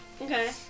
Okay